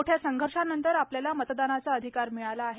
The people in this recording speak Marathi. मोठ्या संघर्षानंतर आपल्याला मतदानाचा अधिकार मिळाला आहे